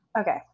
Okay